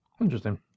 Interesting